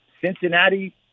Cincinnati